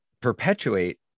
perpetuate